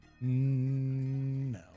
No